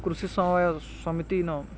କୃଷି ସମୟ ସମିତିନ